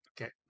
okay